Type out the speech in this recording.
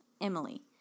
Emily